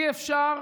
אי-אפשר